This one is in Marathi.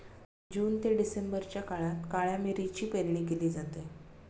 जून ते डिसेंबरच्या काळात काळ्या मिरीची पेरणी केली जाते